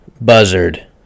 buzzard